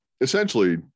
essentially